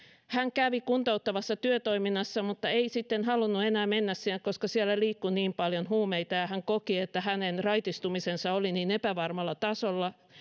kävi kuntouttavassa työtoiminnassa mutta ei sitten halunnut enää mennä sinne koska siellä liikkui niin paljon huumeita ja hän koki että hänen raitistumisensa oli niin epävarmalla tasolla